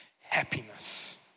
happiness